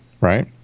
right